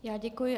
Já děkuji.